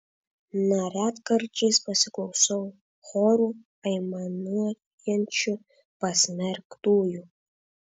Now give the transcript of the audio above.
na retkarčiais pasiklausau choru aimanuojančių pasmerktųjų